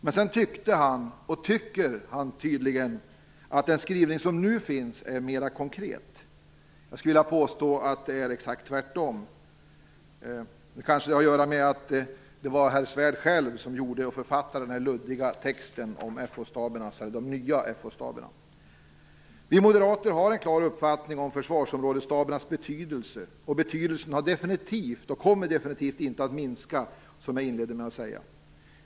Men sedan tyckte han och tycker tydligen att den skrivning som nu finns är mera konkret. Jag skulle vilja påstå att det är exakt tvärt om. Det har kanske att göra med att herr Svärd själv författade den luddiga texten om de nya FO-staberna. Vi moderater har en klar uppfattning om försvarsområdesstabernas betydelse. Betydelsen har definitiv inte minskat och kommer definitivt inte att minska, som jag inledde med att säga.